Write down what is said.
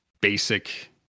basic